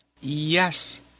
Yes